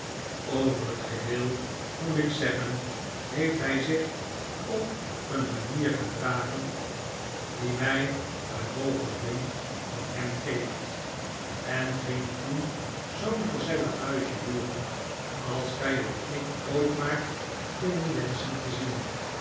over het geheel moet ik zeggen heeft hij zich op een manier gedragen die mij een hoogen dunk van hem peeft en ging toen zoo'n gezellig huisje huren als gij of ik ooit maar kunnen wenschen te zien